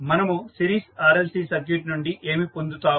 మనము series RLC circuit నుండి ఏమి పొందుతాము